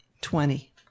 Twenty